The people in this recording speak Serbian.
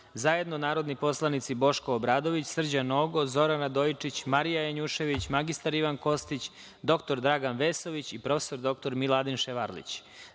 zajedno narodni poslanici Boško Obradović, Srđan Nogo, Zoran Radojičić, Marija Janjušević, mr Ivan Kostić, dr Dragan Vesović i prof. dr Miladin Ševarlić,